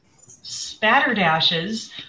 spatterdashes